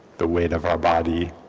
the weight of our body